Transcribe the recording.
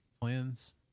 plans